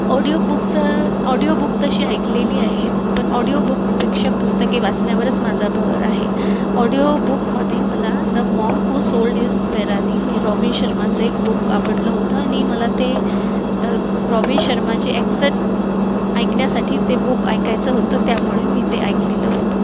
audiobooks audiobook तशी ऐकलेली आहेत पण ऑडिओबुकपेक्षा पुस्तके वाचण्यावरच माझा भर आहे ऑडिओबुकमध्ये मला the monk who sold his Ferrari हे रॉबी शर्माचं एक बुक आवडलं होतं आणि मला ते रॉबी शर्माची ॲक्सेन ऐकण्यासाठी ते बुक ऐकायचं होतं त्यामुळे मी ते ऐकलेलं होतं